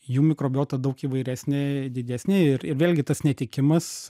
jų mikrobiota daug įvairesnė didesnė ir ir vėlgi tas netekimas